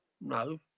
No